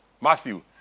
Matthew